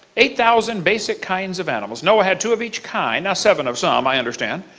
eight thousand basic kinds of animals. noah had two of each kind, now seven of some, um i understand.